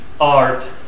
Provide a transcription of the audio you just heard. art